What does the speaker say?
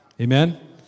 Amen